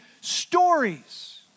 stories